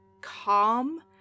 calm